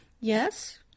Yes